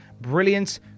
brilliant